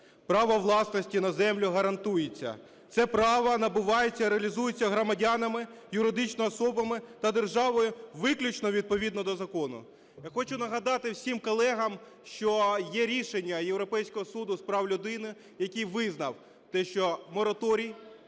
"Право власності на землю гарантується. Це право набувається, реалізується громадянами, юридичними особами та державою виключно відповідно до закону". Я хочу нагадати всім колегам, що є рішення Європейського Суду з прав людини, який визнав те, що мораторій